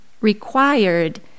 required